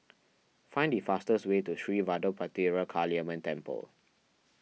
find the fastest way to Sri Vadapathira Kaliamman Temple